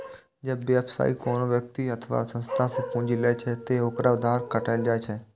जब व्यवसायी कोनो व्यक्ति अथवा संस्था सं पूंजी लै छै, ते ओकरा उधार कहल जाइ छै